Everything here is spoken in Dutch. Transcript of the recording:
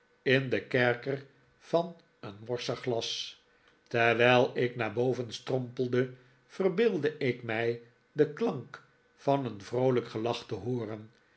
in den kerker van een morsig glas terwijl ik naar boven strompelde verbeeldde ik mij den klank van een vroolijk gelach te hooren